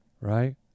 right